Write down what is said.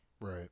right